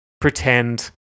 Pretend